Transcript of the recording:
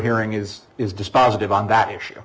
hearing is is dispositive on that issue